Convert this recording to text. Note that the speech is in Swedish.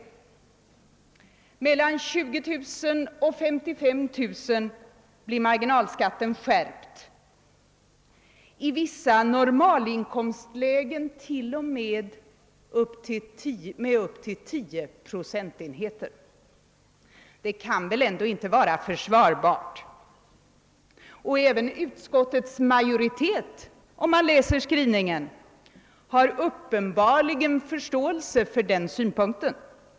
För inkomsttagare mellan 20 000 och 55000 kr. blir marginalskatten skärpt, i vissa normalinkomstlägen med upp till 10 procentenheter. Det kan väl ändå inte vara försvarbart. Om man läser utskottets skrivning, finner man att även utskottets majoritet uppenbarligen har förståelse för den synpunkten.